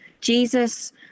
Jesus